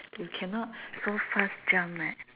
we cannot so fast jump eh